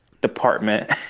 department